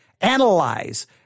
analyze